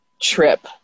trip